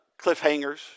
cliffhangers